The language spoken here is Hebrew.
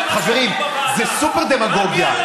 יותר ממה שעבדו בוועדה.